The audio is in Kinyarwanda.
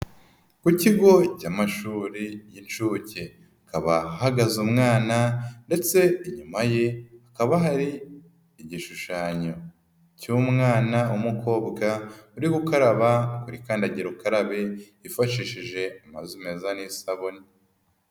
Ku kigo cy'amashuri y'inshuke, hakaba hahagaze umwana ndetse inyuma ye hakaba hari igishushanyo cy'umwana w'umukobwa uri gukaraba kuri kandagira ukarabe yifashishije amazi meza n'isabune.